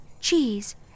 cheese